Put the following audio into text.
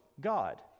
God